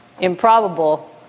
Improbable